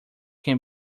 can